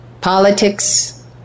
politics